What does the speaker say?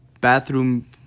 bathroom